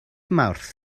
mawrth